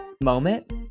moment